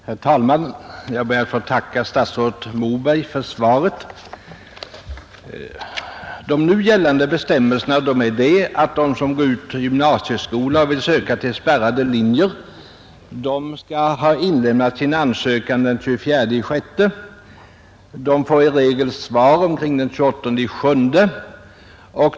Herr talman! Jag ber att få tacka statsrådet Moberg för svaret. Nu gällande bestämmelser innebär att den som går ut gymnasieskolan och vill söka in på spärrad linje skall ha inlämnat sin ansökan den 24 juni. I regel får han svar den 28 juli.